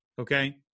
Okay